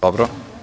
Dobro.